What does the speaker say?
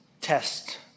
test